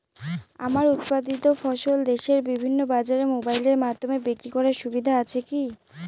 আমার উৎপাদিত ফসল দেশের বিভিন্ন বাজারে মোবাইলের মাধ্যমে বিক্রি করার সুবিধা আছে কি?